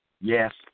yes